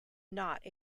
not